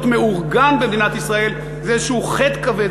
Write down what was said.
מאורגן במדינת ישראל זה איזשהו חטא כבד,